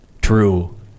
true